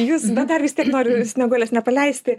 jus bet dar vis tiek noriu snieguolės nepaleisti